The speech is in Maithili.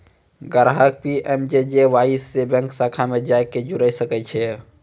ग्राहक पी.एम.जे.जे.वाई से बैंक शाखा मे जाय के जुड़ि सकै छै